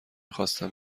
خواستم